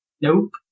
Nope